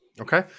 okay